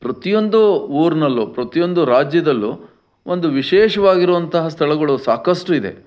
ಪ್ರತಿಯೊಂದು ಊರ್ನಲ್ಲೂ ಪ್ರತಿಯೊಂದು ರಾಜ್ಯದಲ್ಲೂ ಒಂದು ವಿಶೇಷವಾಗಿರುವಂತಹ ಸ್ಥಳಗಳು ಸಾಕಷ್ಟು ಇದೆ